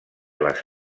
les